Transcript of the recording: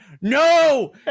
No